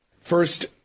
First